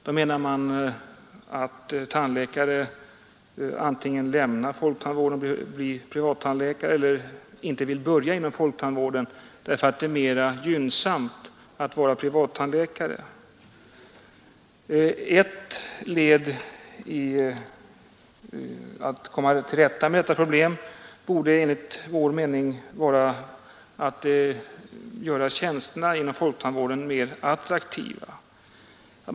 Med det menas att tandläkare antingen lämnar folktandvården och blir privattandläkare eller inte alls vill börja inom folktandvården därför att det är mer gynnsamt att vara privattandläkare. Ett led i arbetet med att komma till rätta med detta problem borde enligt vår mening vara att göra tjänsterna inom folktandvården mer attraktiva.